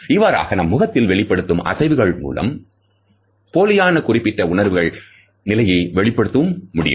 இவ்வாறாக நம் முகத்தில் வெளிப்படுத்தும் அசைவுகள் மூலம் போலியான குறிப்பிட்ட உணர்வு நிலையையும் வெளிப்படுத்த முடியும்